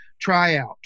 tryout